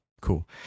Cool